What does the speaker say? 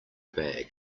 bag